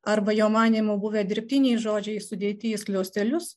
arba jo manymu buvę dirbtiniai žodžiai sudėti į skliaustelius